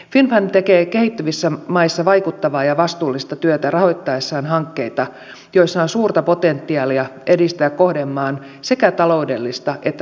finnfund tekee kehittyvissä maissa vaikuttavaa ja vastuullista työtä rahoittaessaan hankkeita joissa on suurta potentiaalia edistää kohdemaan sekä taloudellista että sosiaalista kehitystä